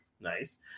Nice